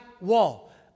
wall